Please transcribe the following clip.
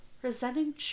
presenting